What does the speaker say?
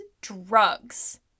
drugs